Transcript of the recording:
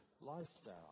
lifestyle